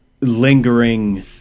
lingering